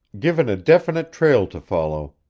given a definite trail to follow,